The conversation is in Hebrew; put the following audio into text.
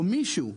או מישהו,